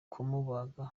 kumubaga